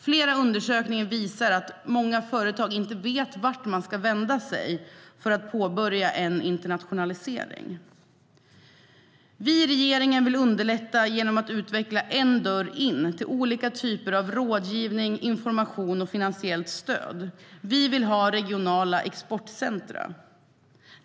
Flera undersökningar visar att många företag inte vet vart man ska vända sig för att påbörja en internationalisering. Vi i regeringen vill underlätta genom att utveckla en dörr in till olika typer av rådgivning, information och finansiellt stöd. Vi vill ha regionala exportcenter.